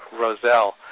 Roselle